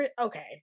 okay